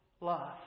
love